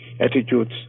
attitudes